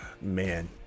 Man